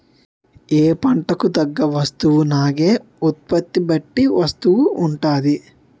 ఏ పంటకు తగ్గ వస్తువునాగే ఉత్పత్తి బట్టి వస్తువు ఉంటాది